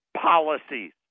policies